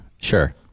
sure